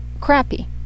crappy